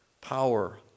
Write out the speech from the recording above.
power